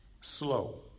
slow